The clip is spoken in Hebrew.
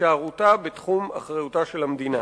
והישארותה בתחום אחריותה של המדינה.